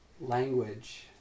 language